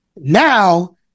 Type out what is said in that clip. Now